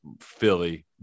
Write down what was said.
Philly